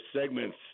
segments